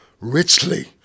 Richly